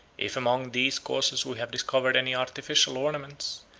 if among these causes we have discovered any artificial ornaments,